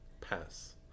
Pass